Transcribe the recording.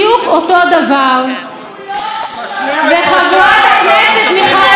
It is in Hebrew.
בית המשפט משמשת שופר לאידיאולוגיה הרסנית.